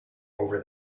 over